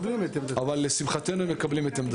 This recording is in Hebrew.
אבל לשמחתנו הם מקבלים את עמדתנו.